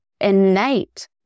innate